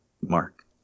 Mark